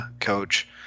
coach